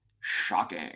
Shocking